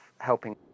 helping